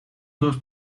dos